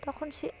তখন সে